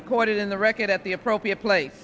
recorded in the record at the appropriate place